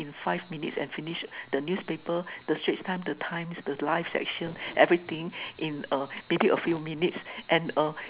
in five minutes and finish the newspaper the Straits Times the times the life section everything in a maybe a few minutes and uh